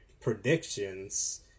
predictions